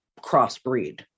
crossbreed